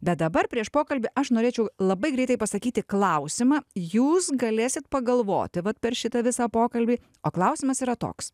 bet dabar prieš pokalbį aš norėčiau labai greitai pasakyti klausimą jūs galėsit pagalvoti vat per šitą visą pokalbį o klausimas yra toks